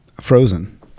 frozen